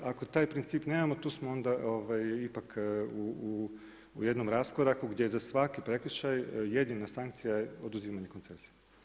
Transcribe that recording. Ako taj princip nemamo tu smo onda ipak u jednom raskoraku gdje je za svaki prekršaj jedina sankcija je oduzimanje koncesije.